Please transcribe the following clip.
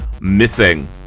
Missing